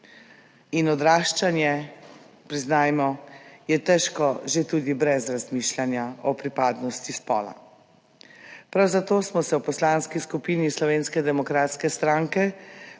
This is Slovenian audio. In odraščanje, priznajmo, je težko že tudi brez razmišljanja o pripadnosti spola. Prav zato smo se v Poslanski skupini Slovenske demokratske stranke